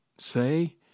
Say